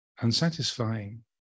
unsatisfying